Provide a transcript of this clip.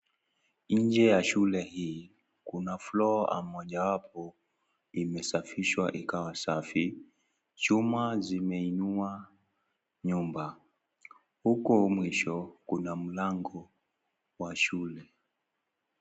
nje ya shule hii kuna floor moja wapo imesafishwa ikawa safi, chuma zimeinua nyumba huko mwisho kuna mlango wa shule.